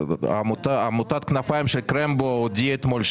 עמותת כנפיים של קרמבו הודיעה אתמול,